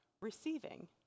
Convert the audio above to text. receiving